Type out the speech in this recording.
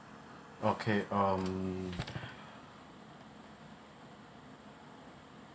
okay um